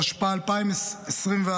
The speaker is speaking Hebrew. התשפ"ה 2024,